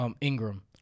Ingram